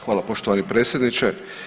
Hvala poštovani predsjedniče.